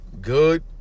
good